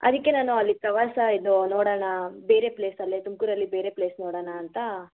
ಅದಕ್ಕೆ ನಾನು ಅಲ್ಲಿ ಪ್ರವಾಸ ಇದು ನೋಡೋಣ ಬೇರೆ ಪ್ಲೇಸ್ ಅಲ್ಲೇ ತುಮ್ಕೂರು ಅಲ್ಲಿ ಬೇರೆ ಪ್ಲೇಸ್ ನೋಡೋಣ ಅಂತ